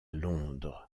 londres